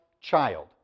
child